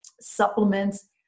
supplements